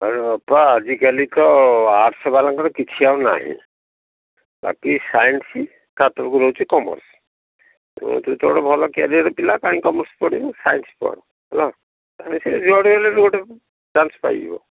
ଆରେ ବାପା ଆଜିକାଲି ତ ଆର୍ଟସ୍ ବାଲାଙ୍କର କିଛି ଆଉ ନାହିଁ ବାକି ସାଇନ୍ସ ତା' ତଳକୁ ଅଛି କମର୍ସ୍ ତୁ ତ ଗୋଟେ ଭଲ କ୍ୟାରିୟର୍ ପିଲା କାହିଁ କମର୍ସ୍ ପଢ଼ିବୁ ସାଇନ୍ସ ପଢ଼ ହେଲା ସାଇନ୍ସ ଯୁଆଡ଼ୁ ହେଲେ ବି ଗୋଟେ ଚାନ୍ସ ପାଇଯିବ